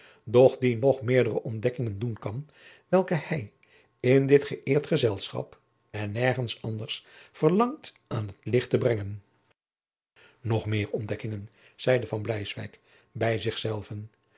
doch die nog meerdere ontdekkingen doen kan welke hij in dit geëerd gezelschap en nergens anders verlangt aan t licht te brengen nog meer ontdekkingen zeide van bleiswyk bij zich zelven